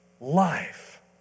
life